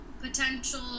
potential